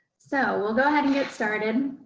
so we'll go ahead and get started.